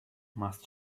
must